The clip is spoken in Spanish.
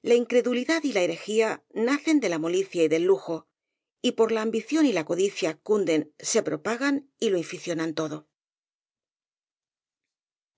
la incredulidad y la heregía nacen de la molicie y del lujo y por la ambición y la codicia cunden se propagan y lo in ficionan todo